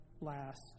last